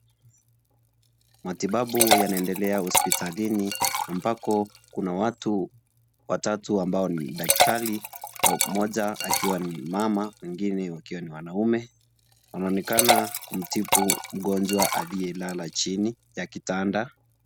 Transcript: Watibabu yanaendelea hospitalini ambapo kuna watu watu ambao ni daktari, mmoja akiwa ni mmama wengine wakiwa ni wanaume wanaonekana kumtibu mgonjwa aliyelala chini ya kitanda.